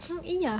!ee! ya